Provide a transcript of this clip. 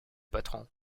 patron